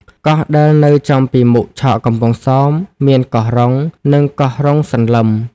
កោះដែលនៅចំពីមុខឆកកំពង់សោម មានកោះរ៉ុង់ និងកោះរ៉ុង់សន្លឹម ។